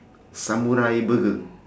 samurai burger